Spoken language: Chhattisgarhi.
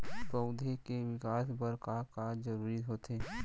पौधे के विकास बर का का जरूरी होथे?